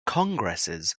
congresses